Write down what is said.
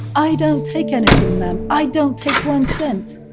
i don't take anything ma'am. i don't take one cent.